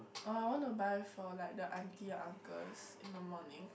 oh I want to buy for like the auntie uncles in the morning